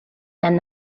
and